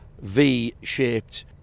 V-shaped